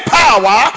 power